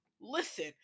listen